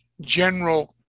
general